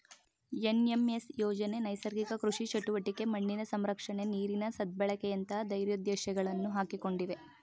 NMSA ಯೋಜನೆ ನೈಸರ್ಗಿಕ ಕೃಷಿ ಚಟುವಟಿಕೆ, ಮಣ್ಣಿನ ಸಂರಕ್ಷಣೆ, ನೀರಿನ ಸದ್ಬಳಕೆಯಂತ ಧ್ಯೇಯೋದ್ದೇಶಗಳನ್ನು ಹಾಕಿಕೊಂಡಿದೆ